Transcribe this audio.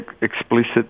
explicit